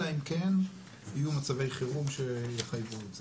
אלא אם כן יהיו מצבי חירום שיחייבו את זה.